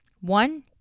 one